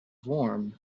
warm